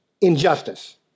injustice